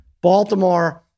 Baltimore